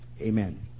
Amen